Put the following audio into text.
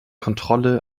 kontrolle